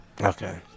Okay